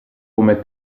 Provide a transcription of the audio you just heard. come